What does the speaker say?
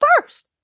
first